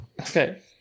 Okay